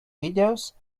videos